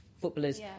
footballers